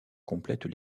complètent